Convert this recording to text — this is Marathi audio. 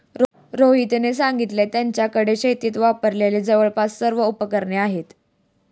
रोहितने सांगितले की, त्याच्याकडे शेतीत वापरलेली जवळपास सर्व उपकरणे आहेत